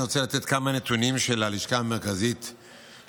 אני רוצה לתת כמה נתונים של הלשכה המרכזית לסטטיסטיקה,